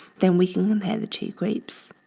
then we can compare the two groups.